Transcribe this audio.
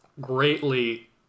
greatly